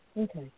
Okay